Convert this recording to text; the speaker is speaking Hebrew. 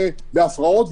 בהפרעות,